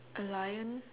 a lion